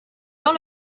dans